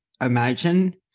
imagine